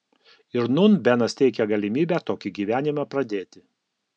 ir nūn benas teikia galimybę tokį gyvenimą pradėti